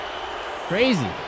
Crazy